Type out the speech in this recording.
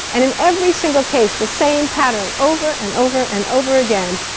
and in every single case, the same pattern, over and over and over again,